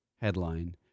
headline